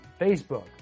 Facebook